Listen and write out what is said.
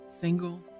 single